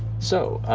so